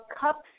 cups